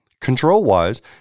control-wise